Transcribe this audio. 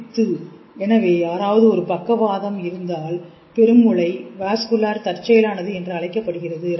பித்து எனவே யாராவது ஒரு பக்க வாதம் இருந்தால் பெருமுளை வாஸ்குலர் தற்செயலானது என்று கூறப்படுகிறது